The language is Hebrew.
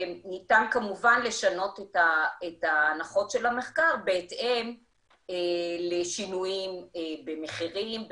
ניתן כמובן לשנות את ההנחות של המחקר בהתאם לשינויים במחירים,